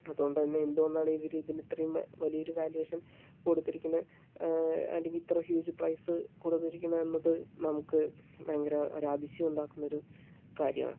അതുകൊണ്ടുതന്നേ എന്തുകൊണ്ടാണ് ഇവര് ഇതിന് ഇത്രയും വലിയ ഒരു വേല്വേവേഷൻ കൊടുത്തിരിക്കണെ അല്ലെങ്കിൽ ഇത്ര ഹ്യൂജ് പ്രൈസ് കൊടുത്തിരിക്കണെ എന്നത് നമുക്ക് ഭയങ്കര ഒരു അതിശയം ഉണ്ടാക്കുന്ന ഒരു കാര്യമാണ്